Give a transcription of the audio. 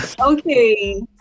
okay